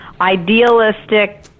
idealistic